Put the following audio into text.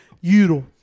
euro